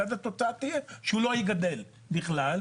כי אז התוצאה תהיה שהוא לא יגדל בכלל,